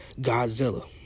Godzilla